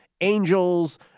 Angels